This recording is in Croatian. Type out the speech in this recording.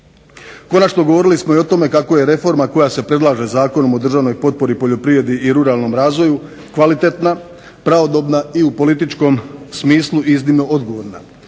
Konačno, govorili smo i o tome kako je reforma koja se predlaže Zakonom o državnoj potpori poljoprivredi i ruralnom razvoju kvalitetna, pravodobna i u političkom smislu iznimno odgovorna